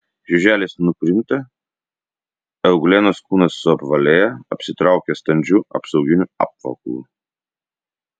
žiuželis nukrinta euglenos kūnas suapvalėja apsitraukia standžiu apsauginiu apvalkalu